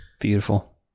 Beautiful